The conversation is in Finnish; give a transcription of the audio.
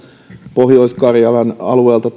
pohjois karjalan alueelta